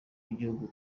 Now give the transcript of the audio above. w’igihugu